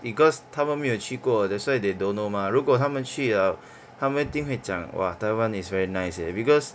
because 他们没有去过 that's why they don't know mah 如果他们去 liao 他们一定会讲 !wah! taiwan is very nice leh because